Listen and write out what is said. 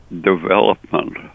development